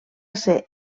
ser